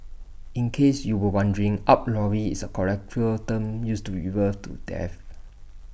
in case you were wondering up lorry is A colloquial term used to refer to death